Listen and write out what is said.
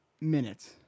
minutes